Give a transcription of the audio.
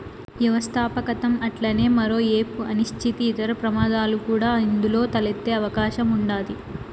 వ్యవస్థాపకతం అట్లనే మరో ఏపు అనిశ్చితి, ఇతర ప్రమాదాలు కూడా ఇందులో తలెత్తే అవకాశం ఉండాది